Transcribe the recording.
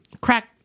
crack